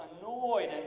annoyed